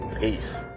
peace